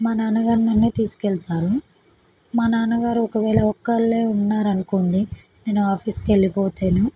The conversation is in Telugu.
మా నాన్నగారు నన్నే తీసుకెళతారు మా నాన్నగారు ఒకవేళ ఒక్కళ్ళే ఉన్నారు అనుకోండి నేను ఆఫీస్కి వెళ్ళిపోతాను